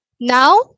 now